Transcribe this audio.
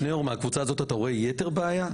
שניאור בקבוצה הזו אתה רואה יתר בעיה?